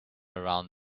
around